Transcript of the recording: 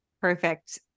Perfect